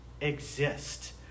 exist